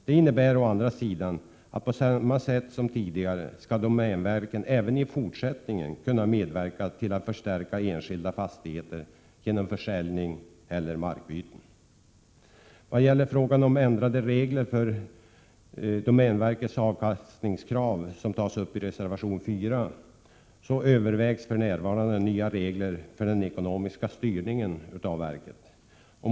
Det innebär å andra sidan att domänverket i fortsättningen på samma sätt som tidigare skall kunna medverka till att förstärka enskilda fastigheter genom försäljning eller markbyte. När det gäller frågan om ändrade regler för domänverkets avkastningskrav — den tas upp reservation 4 — vill jag säga att nya regler för den ekonomiska styrningen för närvarande övervägs av verket.